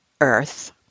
Earth